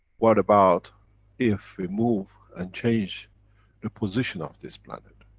what about if we move and change the position of this planet?